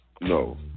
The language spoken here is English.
No